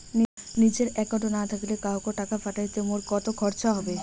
নিজের একাউন্ট না থাকিলে কাহকো টাকা পাঠাইতে মোর কতো খরচা হবে?